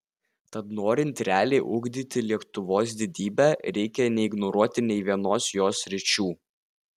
tad norint realiai ugdyti lietuvos didybę reikia neignoruoti nei vienos jos sričių